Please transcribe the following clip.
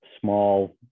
small